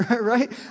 right